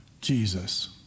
Jesus